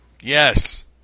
Yes